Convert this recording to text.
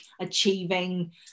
achieving